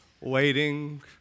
waiting